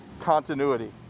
continuity